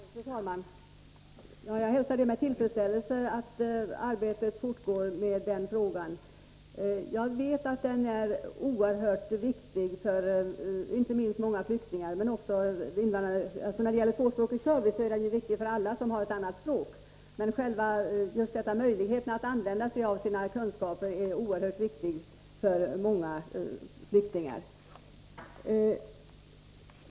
Nr 11 Fru talman! Jag hälsar med tillfredsställelse att arbetet med den frågan Torsdagen den fortgår. Tvåspråkighet är ju viktig för alla som har ett annat modersmål, men 20 oktober 1983 just möjligheten att använda sina kunskaper är oerhört viktig, särskilt för många flyktingar.